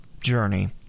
journey